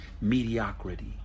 mediocrity